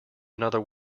another